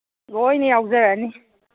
ꯂꯣꯏꯅ ꯌꯥꯎꯖꯔꯛꯑꯅꯤ